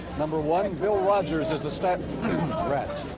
number one, bill rodgers is the stat rats.